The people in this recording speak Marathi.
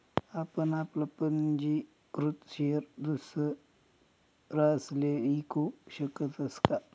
आपण आपला पंजीकृत शेयर दुसरासले ईकू शकतस का?